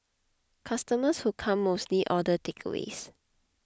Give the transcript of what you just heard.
customers who come mostly order takeaways